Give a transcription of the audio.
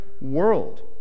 world